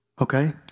Okay